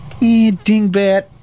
dingbat